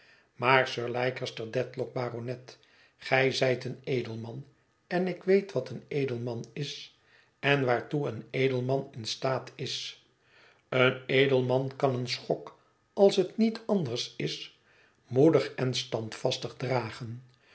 maar sir leicester dedlock baronet gij zijt een edelman en ik weet wat een edelman is en waartoe een edelman in staat is een edelman kan een schok als het niet anders is moedig en standvastig dragen